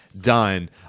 done